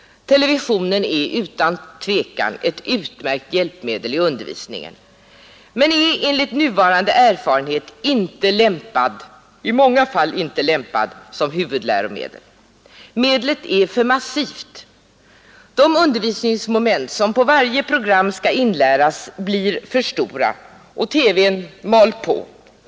Television är utan tvivel ett utmärkt hjälpmedel i undervisningen men är enligt nuvarande erfarenhet i många fall inte lämpad som huvudläromedel. Mediet är för massivt. De undervisningsmoment som på varje program skall inläras blir för stora. TV:n mal på.